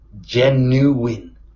genuine